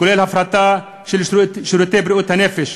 כולל ההפרטה של שירותי בריאות הנפש,